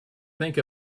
think